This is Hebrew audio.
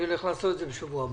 אני הולך לעשות את זה בשבוע הבא.